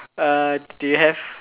err do you have